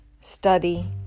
study